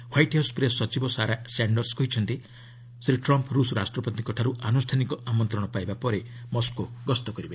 White House press ସଚିବ Sarah Sanders କହିଛନ୍ତି Shri Trump ରୁଷ୍ ରାଷ୍ଟ୍ରପତିଙ୍କଠାରୁ ଆନୁଷ୍ଠାନିକ ଆମନ୍ତ୍ରଣ ପାଇବା ପରେ ମସ୍କୋ ଗସ୍ତ କରିବେ